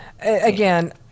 again